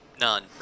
none